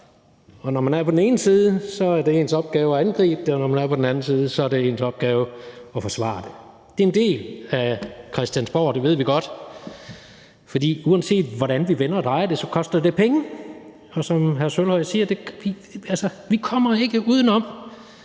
Når man er på den ene side, er det ens opgave at angribe det, og når man er på den anden side, er det ens opgave at forsvare det. Det er en del af Christiansborg, og det ved vi godt. Uanset hvordan vi vender og drejer det, koster det penge, og som hr. Jakob Sølvhøj siger, kommer vi ikke udenom,